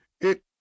It